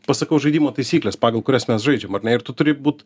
pasakau žaidimo taisykles pagal kurias mes žaidžiam ar ne ir tu turi būt